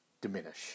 diminish